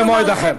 הצבעה במועד אחר.